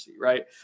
right